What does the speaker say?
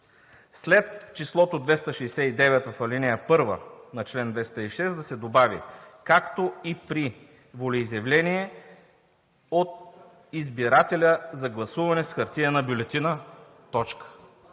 след числото 269 в ал. 1 на чл. 206 да се добави „както и при волеизявление от избирателя за гласуване с хартиена бюлетина.“ Това